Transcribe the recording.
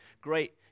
great